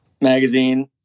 magazine